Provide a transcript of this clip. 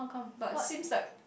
but seems like